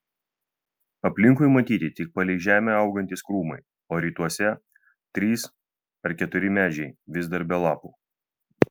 aplinkui matyti tik palei žemę augantys krūmai o rytuose trys ar keturi medžiai vis dar be lapų